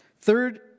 Third